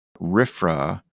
RIFRA